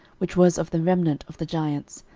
which was of the remnant of the giants,